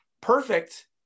Perfect